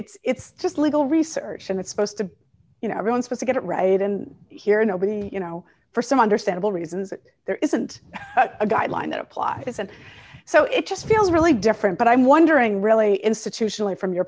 right it's just legal research in the supposed to you know everyone's to get it right and here nobody you know for some understandable reasons that there isn't a guideline that applies and so it does feel really different but i'm wondering really institutionally from your